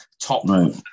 top